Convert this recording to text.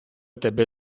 тебе